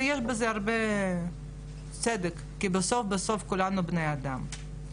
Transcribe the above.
ויש בזה הרבה צדק, כי בסוף בסוף כולנו בני אדם.